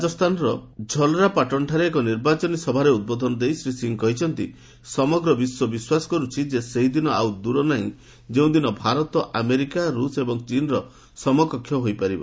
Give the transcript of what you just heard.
ରାଜସ୍ଥାନର ଝଲରାପାଟନ୍ଠାରେ ଏକ ନିର୍ବାଚନୀ ସଭାରେ ଉଦ୍ବୋଧନ ଦେଇ ଶ୍ରୀ ସିଂ କହିଛନ୍ତି ସମଗ୍ର ବିଶ୍ୱ ବିଶ୍ୱାସ କରୁଛି ଯେ ସେହି ଦିନ ଆଉ ଦୂର ନାହିଁ ଯେଉଁଦିନ ଭାରତ ଆମେରିକା ରୁଷ ଏବଂ ଚୀନ୍ର ସମକକ୍ଷ ହୋଇପାରିବ